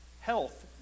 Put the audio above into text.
health